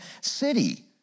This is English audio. city